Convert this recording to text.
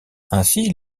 ainsi